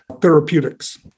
therapeutics